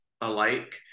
alike